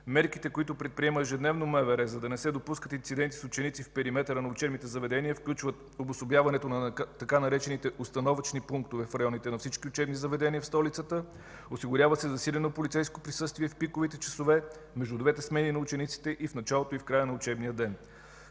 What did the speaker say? Мерките, които предприема ежедневно МВР, за да не се допускат инциденти с ученици в периметъра на учебните заведения, включват обособяването на така наречените „установъчни пунктове” в районите на всички учебни заведения в столицата. Осигурява се засилено полицейско присъствие в пиковите часове – между двете смени на учениците и в началото, и в края на учебния ден.